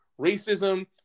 racism